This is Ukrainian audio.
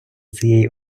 цієї